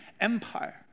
empire